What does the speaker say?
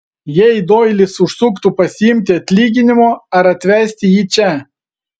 jei doilis užsuktų pasiimti atlyginimo ar atvesti jį čia